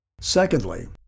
Secondly